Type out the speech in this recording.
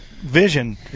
vision